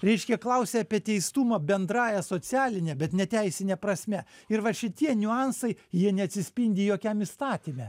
reiškia klausia apie teistumą bendrąja socialine bet ne teisine prasme ir va šitie niuansai jie neatsispindi jokiam įstatyme